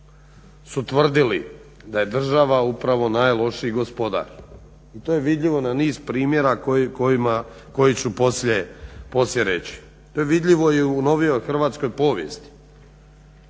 su tvrdili da je država upravo najlošiji gospodar. To je vidljivo na niz primjera koje ću poslije reći. To je vidljivo i u novijoj hrvatskoj povijesti,